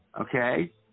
Okay